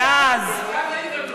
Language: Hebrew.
שאלת,